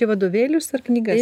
tai vadovėlius ar knygas